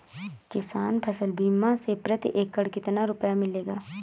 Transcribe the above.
किसान फसल बीमा से प्रति एकड़ कितना रुपया मिलेगा?